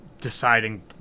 Deciding